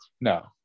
No